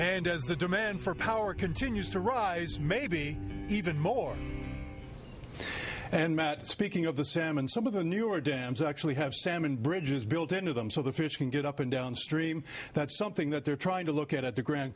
as the demand for power continues to rise maybe even more and speaking of the salmon some of the newer dams are actually have salmon bridges built into them so the fish can get up and down stream that's something that they're trying to look at the grand